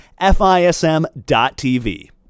FISM.tv